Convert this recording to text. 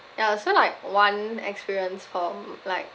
ya so like one experience for mm like